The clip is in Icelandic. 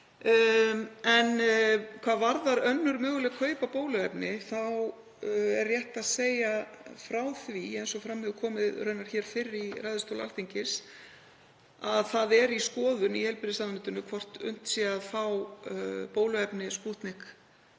En hvað varðar önnur möguleg kaup á bóluefni er rétt að segja frá því, eins og fram hefur komið hér fyrr í ræðustóli Alþingis, að það er í skoðun í heilbrigðisráðuneytinu hvort unnt sé að fá bóluefnið Spútnik